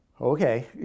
okay